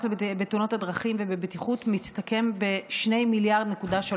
בתאונות הדרכים ובבטיחות מסתכם ב-2.3